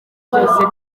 byose